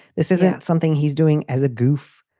this is something he's doing as a goof.